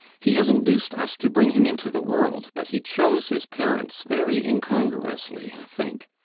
he has induced us to bring him into the world but he chose his parents very incongruously, i think.